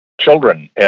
children